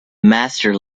master